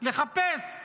לחפש ברשתות,